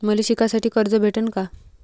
मले शिकासाठी कर्ज भेटन का?